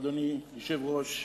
אדוני היושב-ראש,